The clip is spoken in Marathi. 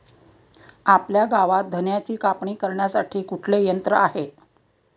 आपल्या गावात धन्याची कापणी करण्यासाठी कुठले यंत्र आहे?